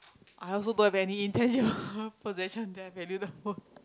I also don't have any intention of possession that I value the most